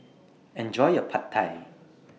Enjoy your Pad Thai